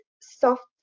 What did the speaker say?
soft